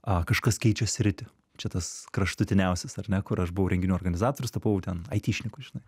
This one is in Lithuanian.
a kažkas keičia sritį čia tas kraštutiniausias ar ne kur aš buvau renginių organizatorius tapau ten aityšniku žinai